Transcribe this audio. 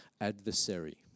Adversary